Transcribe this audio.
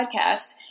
podcast